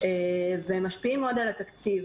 והם משפיעים מאוד על התקציב.